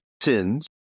sins